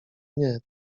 nie